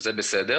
שזה בסדר,